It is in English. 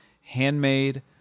Handmade